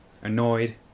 annoyed